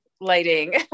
lighting